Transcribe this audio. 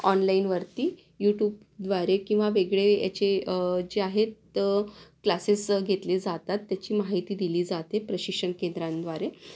ऑनलाईनवरती यूट्यूबद्वारे किंवा वेगळे याचे जे जे आहेत क्लासेस घेतले जातात त्याची माहिती दिली जाते प्रशिक्षण केंद्रांद्वारे